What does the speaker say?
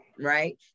Right